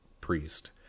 priest